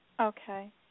Okay